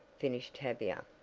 finished tavia.